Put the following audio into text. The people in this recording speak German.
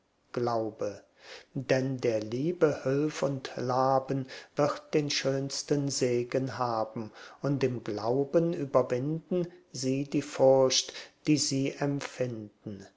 glaube denn der liebe hilf und laben wird den schönsten segen haben und im glauben überwinden sie die furcht die sie empfinden